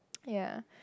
ya